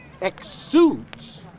exudes